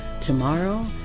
tomorrow